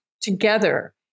together